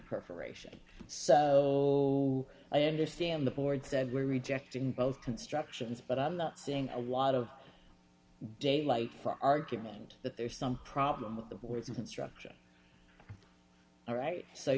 perforation so i understand the board said we're rejecting both constructions but i'm not seeing a lot of daylight for argument that there's some problem with the board's construction all right so